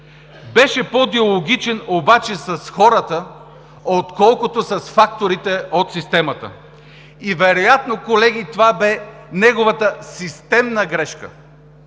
Беше по-диалогичен обаче с хората, отколкото с факторите от системата. Вероятно, колеги, това бе неговата системна грешка.